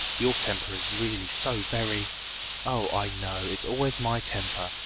your temper is really so very oh, i know. it's always my temper,